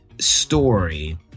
story